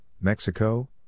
Mexico